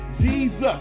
Jesus